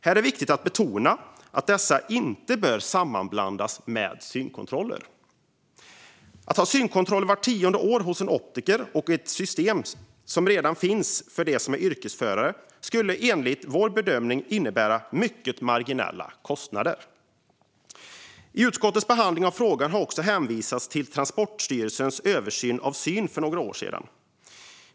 Här är det viktigt att betona att dessa hälsokontroller inte bör sammanblandas med synkontroller. Att ha synkontroller hos en optiker vart tionde år, och det i ett system som redan finns för dem som är yrkesförare, skulle enligt vår bedömning innebära mycket marginella kostnader. I utskottets behandling av frågan har man också hänvisat till Transportstyrelsens översyn av syn för några år sedan.